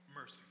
mercy